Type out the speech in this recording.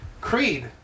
Creed